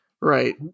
right